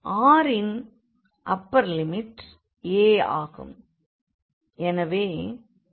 r இன் upper limit a ஆகும்